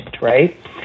right